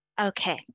Okay